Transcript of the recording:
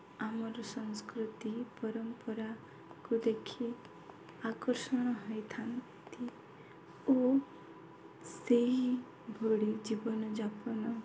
ଆମର ସଂସ୍କୃତି ପରମ୍ପରାକୁ ଦେଖି ଆକର୍ଷଣ ହୋଇଥାନ୍ତି ଓ ସେହିଭଳି ଜୀବନଯାପନ